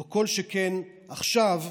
כל שכן עכשיו,